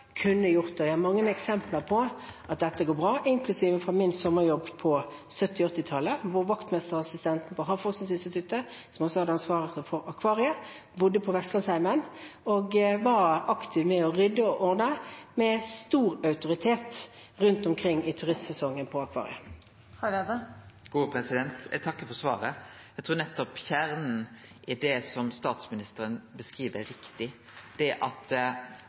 kunne gjort det. Det er mange eksempler på at dette går bra, inklusiv et eksempel fra min sommerjobb på 1970- og 1980-tallet, hvor vaktmesterassistenten på Havforskningsinstituttet, som også hadde ansvaret for Akvariet i Bergen, bodde på Vestlandsheimen og var aktivt med på å rydde og ordne – med stor autoritet – rundt omkring i turistsesongen på Akvariet. Eg takkar for svaret. Eg trur nettopp kjernen i det statsministeren beskriv, er riktig, at